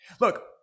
Look